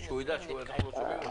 באוגוסט.